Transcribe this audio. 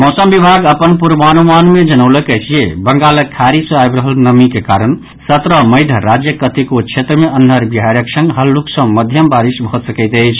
मौसम विभाग अपन पूर्वानुमान मे जनौलक अछि जे बंगालक खाड़ी सँ आबि रहल नमिक कारण सत्रह मई धरि राज्यक कतेको क्षेत्र मे अन्हर बिहारिक संग हल्लुक सँ मध्यम बारिश भऽ सकैत अछि